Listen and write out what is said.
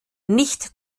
nicht